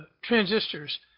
transistors